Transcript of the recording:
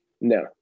No